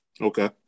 Okay